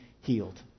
healed